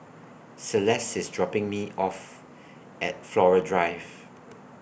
Celeste IS dropping Me off At Flora Drive